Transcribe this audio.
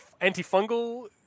antifungal